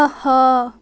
آہا